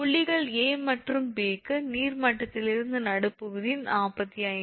புள்ளிகள் A மற்றும் B க்கு நீர் மட்டத்திலிருந்து நடுப்பகுதி 45